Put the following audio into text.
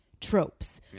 Tropes